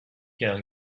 car